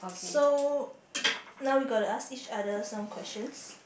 so now we gotta ask each other some questions